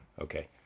Okay